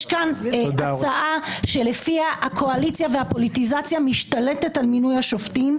יש כאן הצעה שלפיה הקואליציה והפוליטיזציה משתלטות על מינוי השופטים.